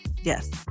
Yes